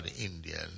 Indian